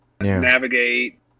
navigate